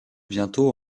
bientôt